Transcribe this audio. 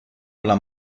alla